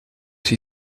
s’y